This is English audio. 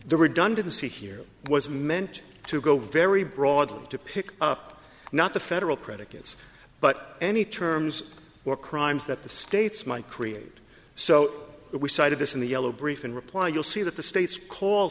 the redundancy here was meant to go very broadly to pick up not the federal predicate but any terms or crimes that the states might create so that we cited this in the yellow brief in reply you'll see that the states call